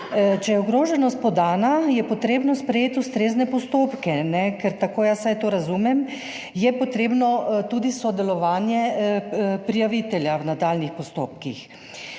Če je ogroženost podana, je potrebno sprejeti ustrezne postopke, tako vsaj jaz to razumem, je potrebno tudi sodelovanje prijavitelja v nadaljnjih postopkih.